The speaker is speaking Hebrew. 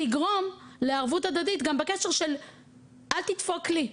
יגרום לערבות הדדית גם בקשר של "אל תדפוק לי",